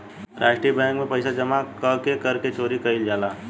अंतरराष्ट्रीय बैंक में पइसा जामा क के कर के चोरी कईल जाला